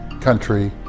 country